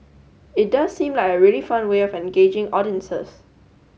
it does seem like a really fun way of engaging audiences